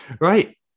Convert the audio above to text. Right